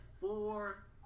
four